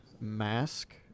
mask